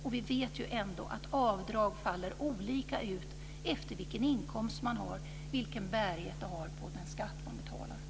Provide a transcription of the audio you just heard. Men vi vet ju att avdrag faller olika ut beroende på vilken inkomst man har, vilken bärighet det har på den skatt man betalar.